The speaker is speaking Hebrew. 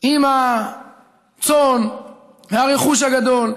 עם הצאן והרכוש הגדול,